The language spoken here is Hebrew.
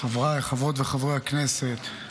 חבריי חברות וחברי הכנסת,